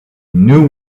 knew